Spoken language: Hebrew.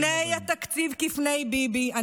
פני התקציב כפני ביבי.